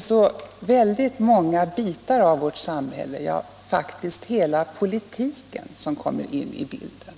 Så många delar av vårt samhälle, faktiskt hela politiken, kommer in i bilden.